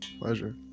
Pleasure